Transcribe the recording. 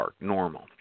normal